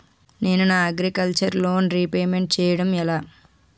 నేను నా agriculture loan repayment చేయడం ఎలా?